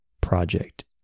project